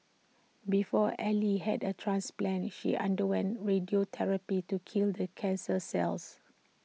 before ally had A transplant she underwent radiotherapy to kill the cancer cells